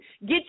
get